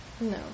No